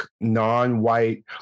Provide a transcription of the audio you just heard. non-white